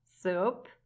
soup